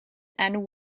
and